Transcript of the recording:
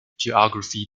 geography